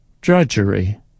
Drudgery